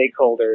stakeholders